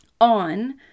on